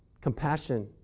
Compassion